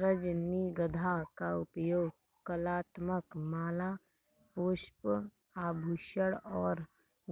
रजनीगंधा का उपयोग कलात्मक माला, पुष्प, आभूषण और